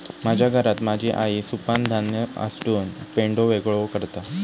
माझ्या घरात माझी आई सुपानं धान्य हासडून पेंढो वेगळो करता